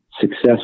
success